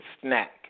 snack